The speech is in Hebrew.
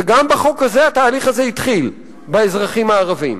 וגם בחוק הזה התהליך התחיל באזרחים הערבים.